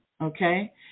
okay